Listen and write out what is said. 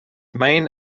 main